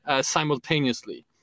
simultaneously